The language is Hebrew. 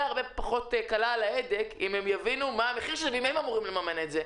פחות קלה על ההדק אם הם יבינו מה המחיר ואם הם אמורים לממן את זה.